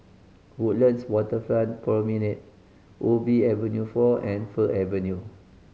Woodlands Waterfront Promenade Ubi Avenue Four and Fir Avenue